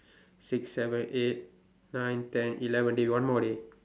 six seven eight nine ten eleven dey one more dey